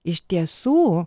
iš tiesų